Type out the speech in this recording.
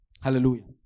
Hallelujah